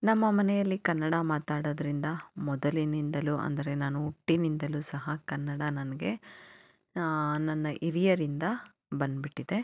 ನಮ್ಮ ಮನೆಯಲ್ಲಿ ಕನ್ನಡ ಮಾತಾಡೋದರಿಂದ ಮೊದಲಿನಿಂದಲೂ ಅಂದರೆ ನಾನು ಹುಟ್ಟಿನಿಂದಲೂ ಸಹ ಕನ್ನಡ ನನಗೆ ನನ್ನ ಹಿರಿಯರಿಂದ ಬಂದುಬಿಟ್ಟಿದೆ